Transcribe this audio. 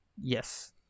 Yes